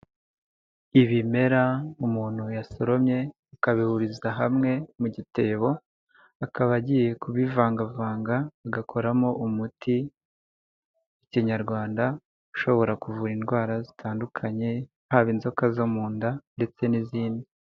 Ibimera umuntu yasoromye ikabihuriza hamwe mu gitebo, akaba agiye kubivangavanga agakoramo umuti kinyarwanda ushobora kuvura indwara zitandukanye haba inzoka zo mu nda ndetse n'izindi.